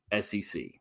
SEC